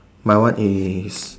my one is